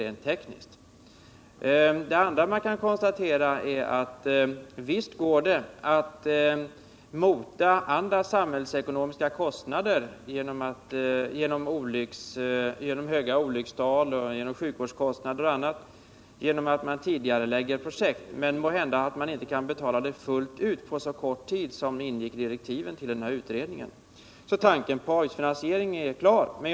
Ett annat konstaterande som man kan göra är att det är möjligt att nedbringa antalet olycksfall och därigenom minska samhällets kostnader för sjukvård och annat genom att tidigarelägga projekt. Måhända är det riktigt att projekten på detta sätt inte kan betalas fullt ut på så kort tid som direktiven för utredningen förutsatte.